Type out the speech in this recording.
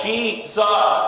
Jesus